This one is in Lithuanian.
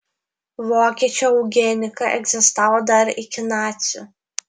vokiečių eugenika egzistavo dar iki nacių